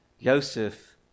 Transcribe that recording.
Joseph